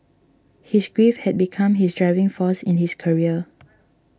his grief had become his driving force in his career